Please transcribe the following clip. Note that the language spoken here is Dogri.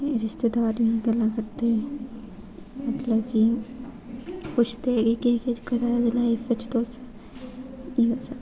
रिश्तदार मिलदे गल्लां करदे मतलब कि पुच्छ्दे केह् केह् करा दे लाइफ बिच तुस बस